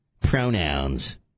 Pronouns